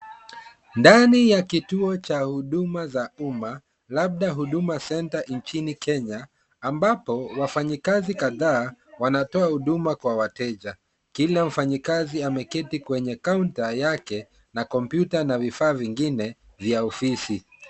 Ndani ya kituo cha huduma za umma labda Huduma Center nchini Kenya ambapo wafanyikazi kadhaa wanatoa huduma kwa wateja. Kila mfanyikazi ameketi kwenye kaunta yake na kompyuta na vifaa vingine vya ofisi.